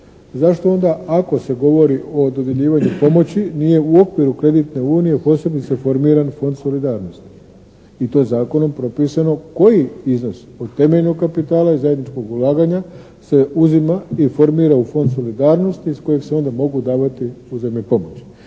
zašto onda ako se govori o dodjeljivanju pomoći nije u okviru kreditne unije posebice formiran fond solidarnosti? I to je zakonom propisano koji iznos od temeljnog kapitala i zajedničkog ulaganja se uzima i formira u fond solidarnosti iz kojeg se onda mogu davati uzajamne pomoći.